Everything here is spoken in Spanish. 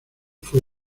fue